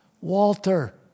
Walter